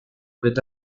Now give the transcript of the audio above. with